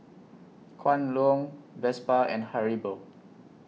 Kwan Loong Vespa and Haribo